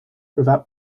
without